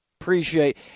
Appreciate